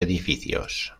edificios